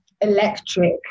electric